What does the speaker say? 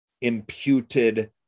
imputed